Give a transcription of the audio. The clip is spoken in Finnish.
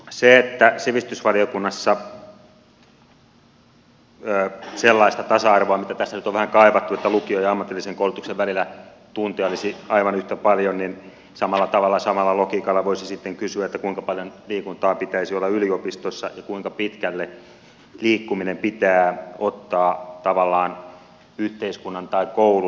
se että sivistysvaliokunnassa on sellaista tasa arvoa vähän kaivattu että lukion ja ammatillisen koulutuksen välillä tunteja olisi aivan yhtä paljon niin samalla tavalla ja samalla logiikalla voisi sitten kysyä kuinka paljon liikuntaa pitäisi olla yliopistossa ja kuinka pitkälle liikkuminen pitää ottaa tavallaan yhteiskunnan tai koulun vastuulle